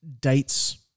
dates